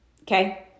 okay